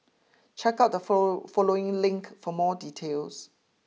check out the follow following link for more details